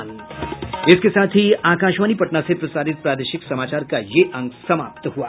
इसके साथ ही आकाशवाणी पटना से प्रसारित प्रादेशिक समाचार का ये अंक समाप्त हुआ